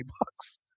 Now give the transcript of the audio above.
bucks